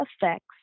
Effects